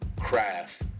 craft